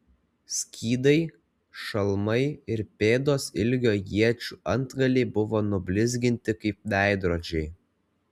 skydai šalmai ir pėdos ilgio iečių antgaliai buvo nublizginti kaip veidrodžiai